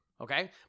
okay